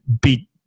beat